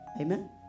Amen